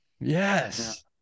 Yes